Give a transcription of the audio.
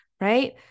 right